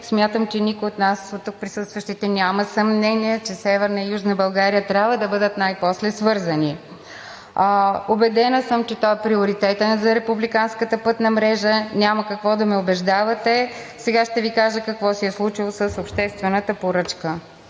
Смятам, че никой от нас тук присъстващите няма съмнение, че Северна и Южна България най-после трябва да бъдат свързани. Убедена съм, че той е приоритетен за републиканската пътна мрежа, няма какво да ме убеждавате. Сега ще Ви кажа какво се е случило с обществената поръчка.